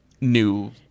new